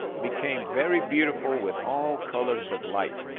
became very beautiful with all colors of light,